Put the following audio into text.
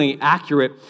accurate